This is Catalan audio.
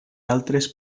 altres